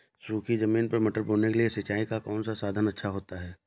सूखी ज़मीन पर मटर बोने के लिए सिंचाई का कौन सा साधन अच्छा होता है?